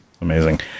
amazing